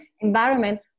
environment